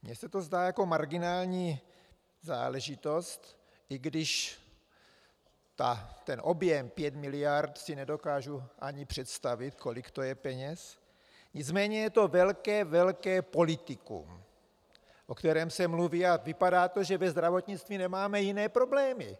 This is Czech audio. Mně se to zdá jako marginální záležitost, i když ten objem 5 miliard si nedokážu ani představit, kolik to je peněz, nicméně je to velké, velké politikum, o kterém se mluví, a vypadá to, že ve zdravotnictví nemáme jiné problémy.